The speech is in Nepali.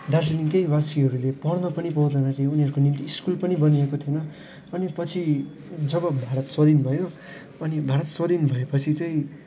दार्जिलिङकै बासीहरूले पढ्न पनि पाउँदैनथियो उनीहरूको निम्ति स्कुल पनि बनिएको थिएन अनि पछि जब भारत स्वाधीन भयो अनि भारत स्वाधीन भएपछि चाहिँ